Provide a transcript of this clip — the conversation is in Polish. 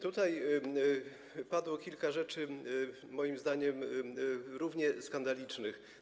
Tutaj padło kilka słów moim zdaniem równie skandalicznych.